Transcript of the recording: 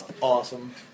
Awesome